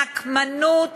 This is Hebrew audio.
נקמנות